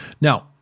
Now